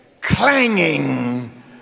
clanging